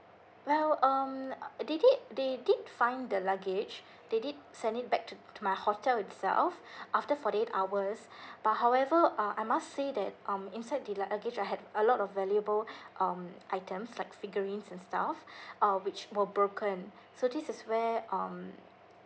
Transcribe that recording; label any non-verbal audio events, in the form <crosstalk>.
well um uh they did they did find the luggage they did send it back to to my hotel itself <breath> after forty eight hours <breath> but however uh I must say that um inside the luggage I had a lot of valuable um items like figurines and stuff <breath> uh which were broken so this is where um